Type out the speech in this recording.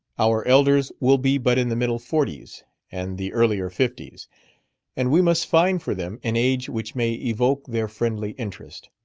our elders will be but in the middle forties and the earlier fifties and we must find for them an age which may evoke their friendly interest,